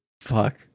Fuck